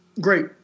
Great